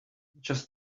just